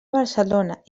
barcelona